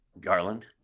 Garland